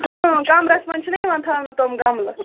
کَمرَس منٛز چھِناہ یِوان تھَونہٕ تُم گَملہٕ